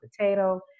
potato